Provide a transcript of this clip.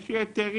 יש לי היתרים.